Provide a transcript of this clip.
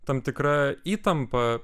tam tikra įtampa